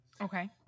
okay